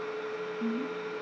mmhmm